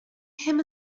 him